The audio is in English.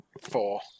four